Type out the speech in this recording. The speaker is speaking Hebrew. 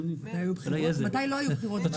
מתי לא היו בחירות.